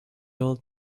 old